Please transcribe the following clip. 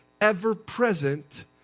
ever-present